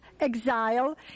Exile